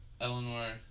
Eleanor